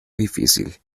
difícil